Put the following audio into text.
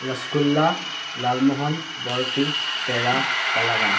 rasgulla lalmohan barfi peda Callaghan